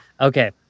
Okay